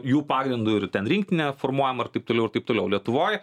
jų pagrindu ir ten rinktinė formuojama ir taip toliau ir taip toliau lietuvoj